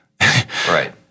Right